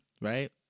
right